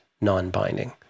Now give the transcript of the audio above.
non-binding